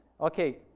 Okay